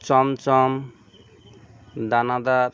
চমচম দানাদার